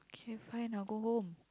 K fine I'll go home